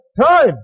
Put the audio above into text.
time